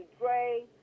Dre